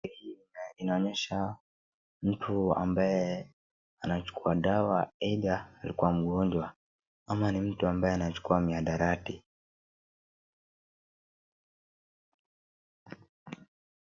Picha hii inaonyesha mtu ambaye anachukua dawa aidha akiwa mgonjwa ama ni mtu ambaye anachukua mihadarati.